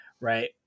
right